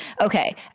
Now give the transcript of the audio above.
okay